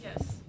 Yes